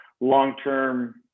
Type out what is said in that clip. long-term